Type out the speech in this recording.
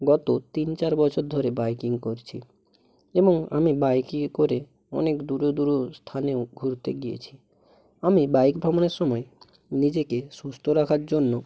গত তিন চার বছর ধরে বাইকিং করছি এবং আমি বাইকিং করে অনেক দূরে দূরেও স্থানেও ঘুরতে গিয়েছি আমি বাইক ভ্রমণের সময় নিজেকে সুস্থ রাখার জন্য